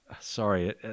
sorry